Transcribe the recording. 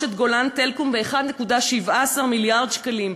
את "גולן טלקום" ב-1.17 מיליארד שקלים.